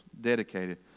dedicated